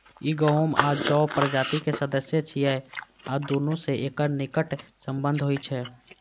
ई गहूम आ जौ प्रजाति के सदस्य छियै आ दुनू सं एकर निकट संबंध होइ छै